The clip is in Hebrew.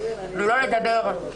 לא לדבר,